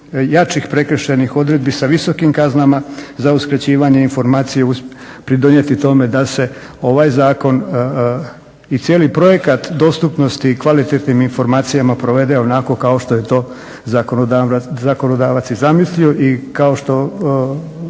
jačih prekršajnih odredbi sa visokim kaznama za uskraćivanje informacija pridonijeti tome da se ovaj zakon i cijeli projekt dostupnosti kvalitetnim informacijama provede onako kao što je to zakonodavac i zamislio i kao što